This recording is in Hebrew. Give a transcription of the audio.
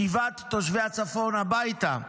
שיבת תושבי הצפון הביתה.